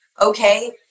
Okay